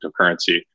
cryptocurrency